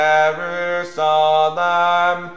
Jerusalem